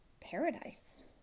paradise